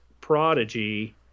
Prodigy